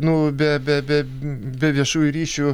nu be be be viešųjų ryšių